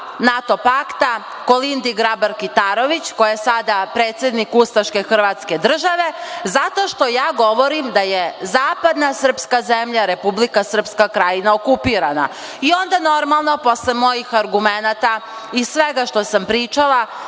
NATO pakta Kolindi Grabar Kitarović, koja je sada predsednik ustaške Hrvatske države, zato što ja govorim da je zapadna srpska zemlja Republika Srpska Krajina okupirana. I onda, normalno, posle mojih argumenata i svega što sam pričala,